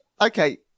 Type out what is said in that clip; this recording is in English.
Okay